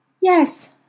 Yes